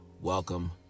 welcome